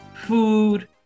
food